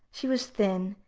she was thin,